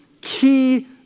key